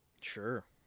Sure